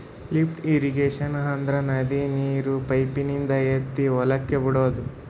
lift irrigation ಅಂದ್ರ ನದಿ ನೀರ್ ಪೈಪಿನಿಂದ ಎತ್ತಿ ಹೊಲಕ್ ಬಿಡಾದು